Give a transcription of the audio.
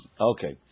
Okay